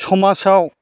समाजाव